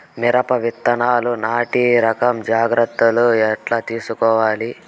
మిరప విత్తనాలు నాటి రకం జాగ్రత్తలు ఎట్లా తీసుకోవాలి?